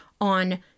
on